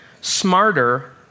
smarter